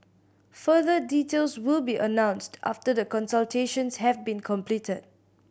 further details will be announced after the consultations have been completed